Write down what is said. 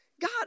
God